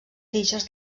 tiges